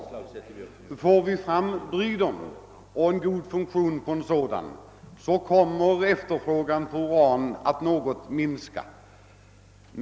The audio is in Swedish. Om vi lyckas få fram en breeder-reaktor och få en god funktion på en sådan kommer efterfrågan på uran att något minska.